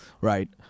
Right